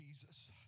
Jesus